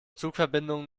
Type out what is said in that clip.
zugverbindungen